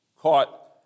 caught